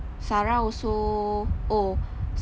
sarah also oh